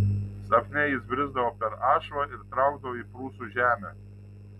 sapne jis brisdavo per ašvą ir traukdavo į prūsų žemę